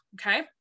okay